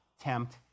tempt